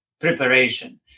preparation